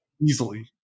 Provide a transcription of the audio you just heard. easily